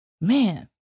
Man